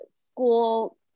school